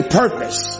purpose